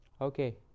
Okay